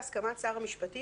בהסכמת שר המשפטים,